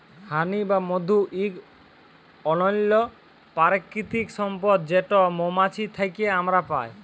হানি বা মধু ইক অনল্য পারকিতিক সম্পদ যেট মোমাছি থ্যাকে আমরা পায়